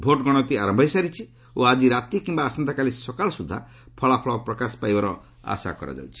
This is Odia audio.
ଭୋଟ ଗଣତି ଆରମ୍ଭ ହୋଇସାରିଛି ଓ ଆଜି ରାତି କିମ୍ବା ଆସନ୍ତାକାଲି ସକାଳ ସୁଦ୍ଧା ଫଳାଫଳ ପ୍ରକାଶ ପାଇବାର ଆଶା କରାଯାଇଛି